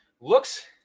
looks